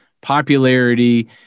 popularity